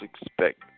expect